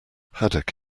haddock